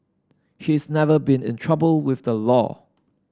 she's never been in trouble with the law